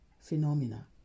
phenomena